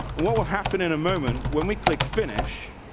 and what will happen in a moment when we click finish,